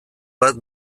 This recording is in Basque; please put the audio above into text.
bat